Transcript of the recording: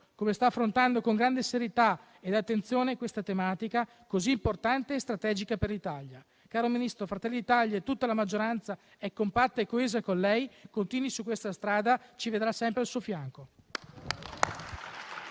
e attenzione con le quali sta affrontando questa tematica così importante e strategica per l'Italia. Caro Ministro, Fratelli d'Italia e tutta la maggioranza sono compatte e coese con lei. Continui su questa strada e ci vedrà sempre al suo fianco.